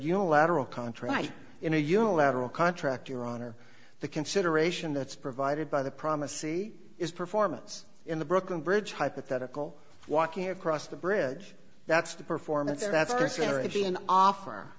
unilateral contract in a unilateral contract your honor the consideration that's provided by the promised sea is performance in the brooklyn bridge hypothetical walking across the bridge that's the performance